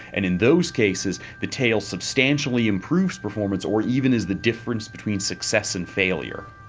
and in those cases, the tail substantially improves performance, or even is the difference between success and failure.